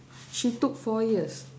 she took four years